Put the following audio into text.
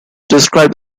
described